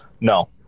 No